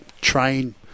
train